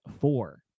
four